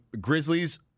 Grizzlies